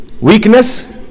Weakness